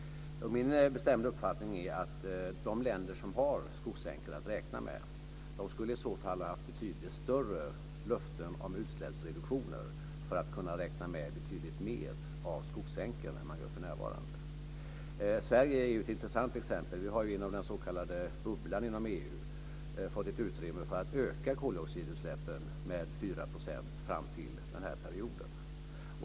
Min bestämda uppfattning är att de länder som har skogssänkor att räkna med i så fall skulle ha haft betydligt större löften om utsläppsreduktioner för att kunna räkna med betydligt mer av skogssänkor än man gör för närvarande. Sverige är ett intressant exempel. Vi har genom den s.k. bubblan inom EU fått ett utrymme för att öka koldioxidutsläppen med 4 % fram till den här perioden.